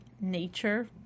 nature